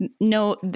No